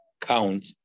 count